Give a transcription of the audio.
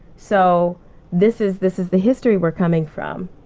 so this is this is the history we're coming from.